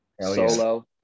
solo